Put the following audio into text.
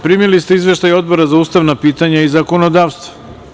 Primili ste Izveštaj Odbora za ustavna pitanja i zakonodavstvo.